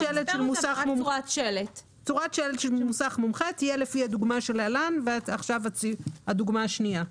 "צורת שלט של מוסך מומחה תהיה לפי הדוגמה שלהלן" ותבוא הדוגמה השנייה.